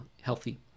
healthy